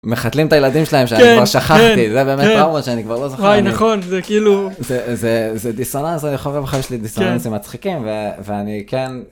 מחתלים את הילדים שלהם שאני כבר שכחתי, זה באמת דרמות שאני כבר לא זוכר, זה כאילו, זה דיסונאנס, אני חושב שיש לי דיסונאנס עם מצחיקים ואני כן.